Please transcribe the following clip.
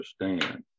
understand